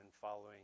following